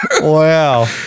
Wow